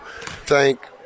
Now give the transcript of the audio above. thank